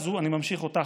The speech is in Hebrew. אני ממשיך אותך: